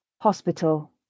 hospital